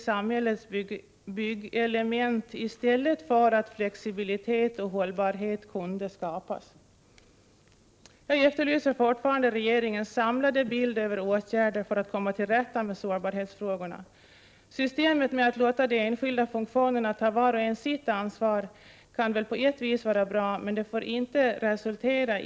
Nya byggnader kommer att uppföras utan skyddsrum, trots att behov finns. Bristtäckning kommer att ske i begränsad omfattning och enbart i särskilt utsatta regioner.